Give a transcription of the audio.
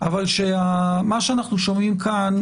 אבל מה שאנחנו שומעים כאן